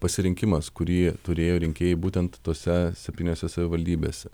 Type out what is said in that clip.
pasirinkimas kurį turėjo rinkėjai būtent tose septyniose savivaldybėse